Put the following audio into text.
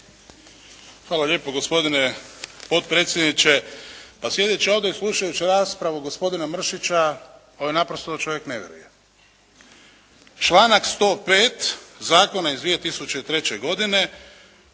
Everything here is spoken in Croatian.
Hvala lijepo, gospodine potpredsjedniče. Pa sjedeći ovdje i slušajući raspravu gospodina Mršića ovo naprosto čovjek ne vjeruje. Članak 105. zakona iz 2003. godine